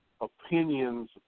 opinions